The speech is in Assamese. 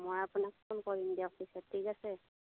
মই আপোনাক ফোন কৰিম দিয়ক পিছত ঠিক আছে